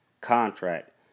contract